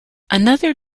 another